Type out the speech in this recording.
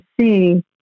see